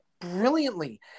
brilliantly